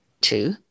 Two